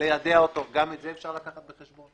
ליידע אותו גם את זה אפשר לקחת בחשבון.